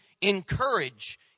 encourage